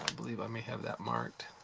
and believe i may have that marked.